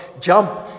jump